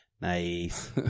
Nice